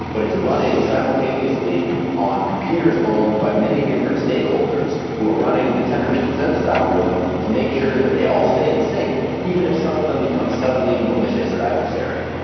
but it's running simultaneously on computers owned by many different stakeholders who are running the tendermint consensus algorithm to make sure that they all stay in sync even if some of them become suddenly malicious or adversarial.